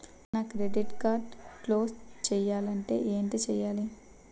నా credit card close చేయాలంటే ఏంటి చేయాలి?